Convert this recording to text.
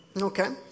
Okay